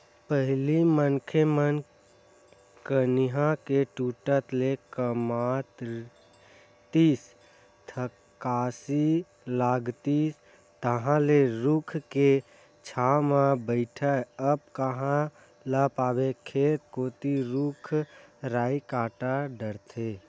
पहिली मनखे मन कनिहा के टूटत ले कमातिस थकासी लागतिस तहांले रूख के छांव म बइठय अब कांहा ल पाबे खेत कोती रुख राई कांट डरथे